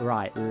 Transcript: Right